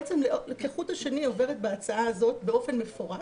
בעצם כחוט השני בהצעה הזאת באופן מפורט